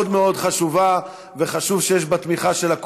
עוצבה יחד עם לשכתו של שר הביטחון,